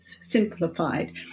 simplified